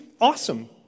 awesome